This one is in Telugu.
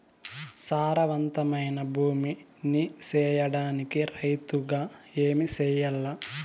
సారవంతమైన భూమి నీ సేయడానికి రైతుగా ఏమి చెయల్ల?